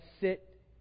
sit